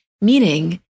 meaning